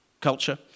culture